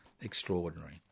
Extraordinary